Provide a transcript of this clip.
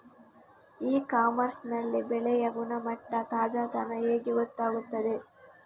E commerce ನಲ್ಲಿ ಬೆಳೆಯ ಗುಣಮಟ್ಟ, ತಾಜಾತನ ಹೇಗೆ ಗೊತ್ತಾಗುತ್ತದೆ?